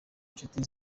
inshuti